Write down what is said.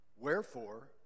Wherefore